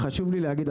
חשוב לי להגיד,